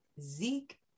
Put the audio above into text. Zeke